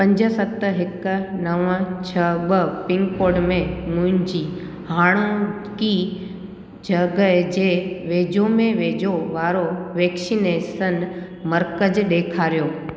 पंज सत हिक नवं छ्ह ॿ पिनकोड में मुंहिंजी हाणोकी जॻहि जे वेझो में वेझो वारो वैक्शिनेसन मर्कज़ ॾेखारियो